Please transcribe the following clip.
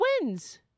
wins